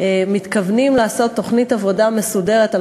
מתכוונים לעשות תוכנית עבודה מסודרת על